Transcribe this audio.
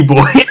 Boy